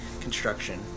construction